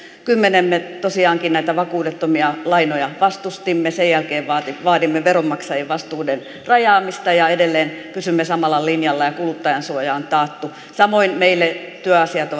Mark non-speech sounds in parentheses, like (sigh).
me tosiaankin näitä vakuudettomia lainoja vastustimme sen jälkeen vaadimme veronmaksajien vastuiden rajaamista ja edelleen pysymme samalla linjalla ja kuluttajansuoja on taattu samoin meille työasiat (unintelligible)